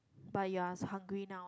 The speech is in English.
but you are so hungry now ah